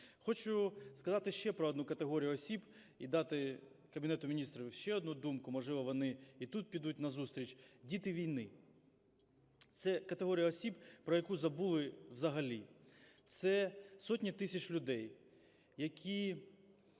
Хочу сказати ще про одну категорію осіб і дати Кабінету Міністрів ще одну думку, можливо, вони і тут підуть назустріч. Діти війни – це категорія осіб, про яку забули взагалі. Це сотні тисяч людей, які